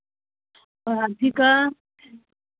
हाथी का